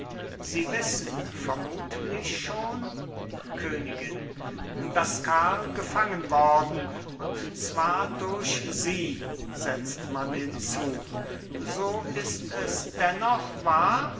sie wissen vermutlich schon königin daß karl gefangen worden und zwar durch sie setzt man hinzu so ist es dennoch wahr